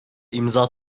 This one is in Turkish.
imza